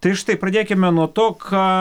tai štai pradėkime nuo to ką